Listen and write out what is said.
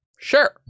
Sure